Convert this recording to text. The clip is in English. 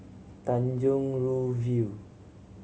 Tanjong Rhu View